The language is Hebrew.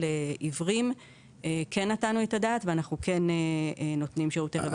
עיוורים כן נתנו את הדעת ואנחנו כן נותנים שירותי רווחה.